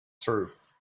through